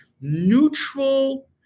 neutral